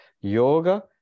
Yoga